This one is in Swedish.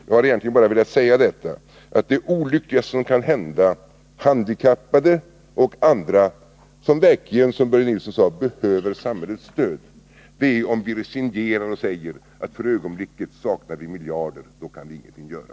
Jag har egentligen bara velat säga, att det olyckligaste som kan hända handikappade och andra som verkligen — som Börje Nilsson sade — behöver samhällets stöd, det är att vi resignerar och säger att vi för ögonblicket saknar miljarder. Då kan vi ingenting göra.